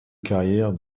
carrière